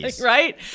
Right